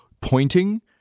pointing